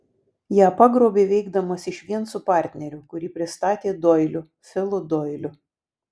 ją pagrobė veikdamas išvien su partneriu kurį pristatė doiliu filu doiliu